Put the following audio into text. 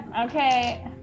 Okay